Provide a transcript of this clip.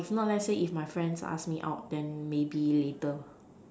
or if not let's say if my friends ask me out then maybe later